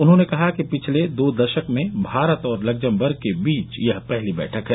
उन्होंने कहा कि पिछले दो दशक में भारत और लग्जमबर्ग के बीच यह पहली बैठक है